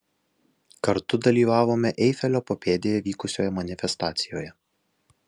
kartu dalyvavome eifelio papėdėje vykusioje manifestacijoje